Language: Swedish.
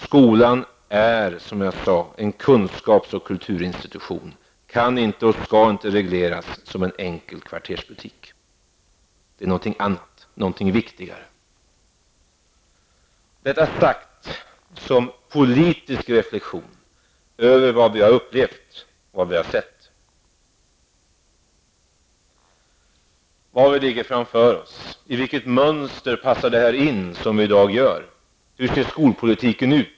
Skolan är, som jag sade, en kunskaps och kulturinstitution och den kan inte och skall inte regleras som en enkel kvartersbutik. Skolan är någonting annat, någonting viktigare. Detta säger jag som en politisk reflexion över vad vi har upplevt och sett. Vad ligger framför oss? I vilket mönster passar det in som vi gör i dag? Hur ser skolpolitiken ut?